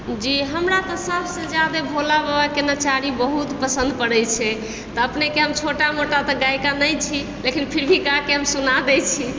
जी हमरा तऽ सबसँ जादे भोला बाबाके नचारी बहुत पसन्द पड़य छै तऽ अपनेके हम छोटा मोटा तऽ गायिका नहि छी लेकिन फिर भी गाके हम सुना दै छी